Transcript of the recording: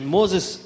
Moses